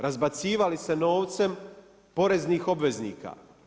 Razbacivali se novcem poreznih obveznika.